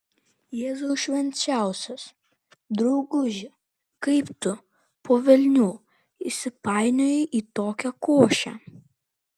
jėzau švenčiausias drauguži kaip tu po velnių įsipainiojai į tokią košę